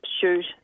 shoot